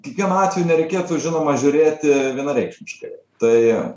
kiekvienu atveju nereikėtų žinoma žiūrėti vienareikšmiškai tai